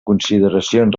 consideracions